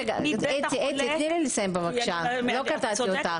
רגע, אתי, תני לי לסיים, בבקשה, לא קטעתי אותך.